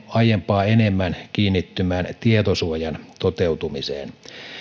aiempaa enemmän kiinnittymään tietosuojan toteutumiseen